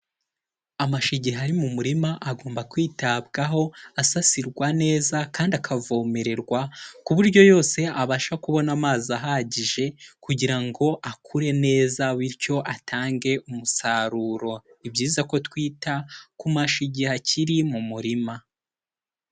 Amashu igihe ari mu murima agomba kwitabwaho asasirwa neza kandi akavomererwa, ku buryo yose abasha kubona amazi ahagije, kugira ngo akure neza bityo atange umusaruro. Ni byiza ko twita ku mashu igihe akiri mu murima.